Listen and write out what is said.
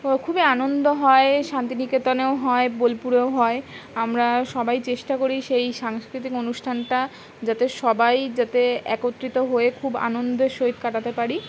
খুবই আনন্দ হয় শান্তিনিকেতনেও হয় বোলপুরেও হয় আমরা সবাই চেষ্টা করি সেই সাংস্কৃতিক অনুষ্ঠানটা যাতে সবাই যাতে একত্রিত হয়ে খুব আনন্দের সহিত কাটাতে পারি